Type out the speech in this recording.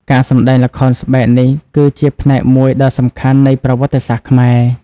ការសម្តែងល្ខោនស្បែកនេះគឺជាផ្នែកមួយដ៏សំខាន់នៃប្រវត្តិសាស្ត្រខ្មែរ។